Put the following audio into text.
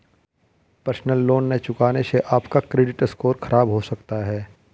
personal loan न चुकाने से आप का क्रेडिट स्कोर खराब हो सकता है